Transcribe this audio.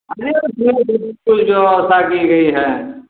अरे व्यवस्था की गई है